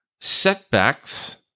setbacks